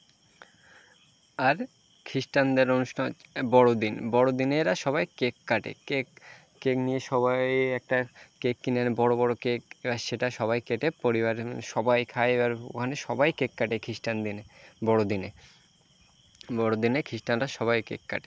আর খ্রিস্টানদের অনুষ্ঠান হচ্ছে বড়ো দিন বড়ো দিনে এরা সবাই কেক কাটে কেক কেক নিয়ে সবাই একটা কেক কিনে আনে বড়ো বড়ো কেক এবার সেটা সবাই কেটে পরিবারের সবাই খায় এবার মানে সবাই কেক কাটে খ্রিস্টান দিনে বড়ো দিনে বড়ো দিনে খ্রিস্টানরা সবাই কেক কাটে